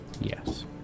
Yes